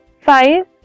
five